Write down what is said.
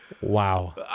Wow